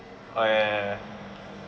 orh ya ya ya